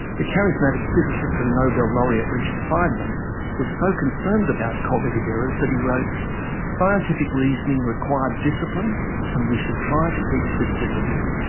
the charismatic physicist and nobel laureate richard feynman was so concerned about cognitive errors that he wrote scientific reasoning requires discipline and we should try to teach this discipline.